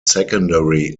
secondary